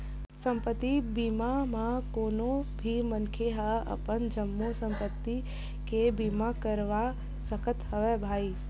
संपत्ति बीमा म कोनो भी मनखे ह अपन जम्मो संपत्ति के बीमा करवा सकत हवय भई